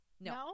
No